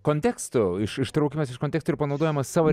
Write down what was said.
konteksto ištraukiamas iš konteksto ir panaudojamas savo